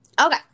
Okay